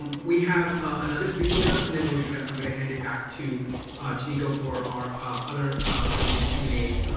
we have another student with us, and then we're going to i'm going to hand it back to tomiko for our other audience q and as.